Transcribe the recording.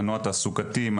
מנוע תעסוקתי,